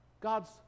God's